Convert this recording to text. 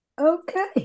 Okay